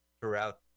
throughout